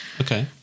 Okay